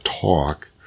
talk